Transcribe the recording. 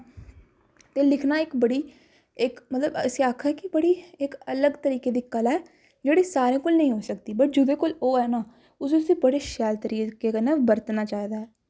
ते लिखना इक बड़ी इक मतलब इस्सी आक्खां कि इक बड़ी इक अलग तरीके दी कला ऐ जेह्ड़ी सारें कोल निं होई सकदी बट जेह्दे कोल होऐ ना उस्सी बड़े शैल करियै तरीके कन्नै बरतना चाहिदा ऐ